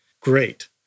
great